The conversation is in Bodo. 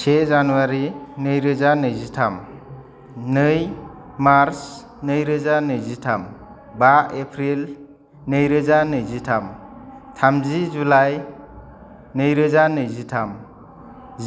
से जानुवारि नैरोजा नैजिथाम नै मार्च नैरोजा नैजिथाम बा एप्रिल नैरोजा नैजिथाम थामजि जुलाइ नैरोजा नैजिथाम